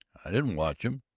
i didn't watch em,